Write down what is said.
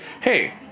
hey